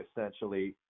essentially